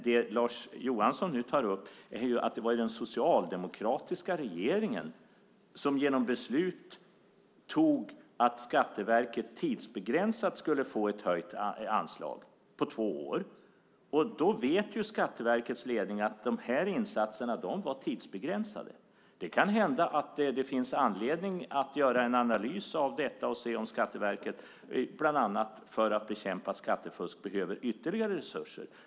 Det Lars Johansson nu tar upp är att det var den socialdemokratiska regeringen som fattade beslut om att Skatteverket skulle få ett höjt anslag tidsbegränsat till två år. Därmed visste Skatteverkets ledning att insatserna var tidsbegränsade. Det kan hända att det finns anledning att göra en analys av detta och se om Skatteverket, bland annat för att bekämpa skattefusk, behöver ytterligare resurser.